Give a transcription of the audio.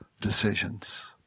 decisions